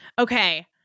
Okay